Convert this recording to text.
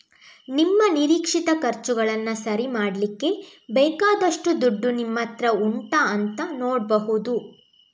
ನಿಮ್ಮ ನಿರೀಕ್ಷಿತ ಖರ್ಚುಗಳನ್ನ ಸರಿ ಮಾಡ್ಲಿಕ್ಕೆ ಬೇಕಾದಷ್ಟು ದುಡ್ಡು ನಿಮ್ಮತ್ರ ಉಂಟಾ ಅಂತ ನೋಡ್ಬಹುದು